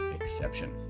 exception